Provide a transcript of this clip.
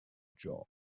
job